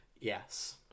Yes